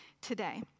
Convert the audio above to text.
today